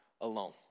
alone